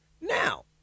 now